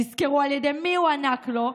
תזכרו על ידי מי הוענק לו,